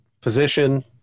position